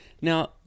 Now